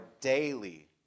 daily